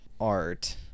art